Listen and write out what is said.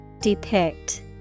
Depict